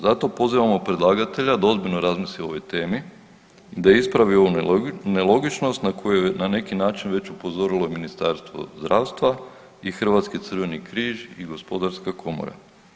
Zato pozivamo predlagatelja da ozbiljno razmisli o ovoj temi, da ispravi ovu nelogičnost na koju je na neki način već upozorilo Ministarstvo zdravstva i Hrvatski crveni križ i Gospodarska komora.